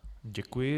Děkuji.